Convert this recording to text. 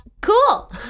cool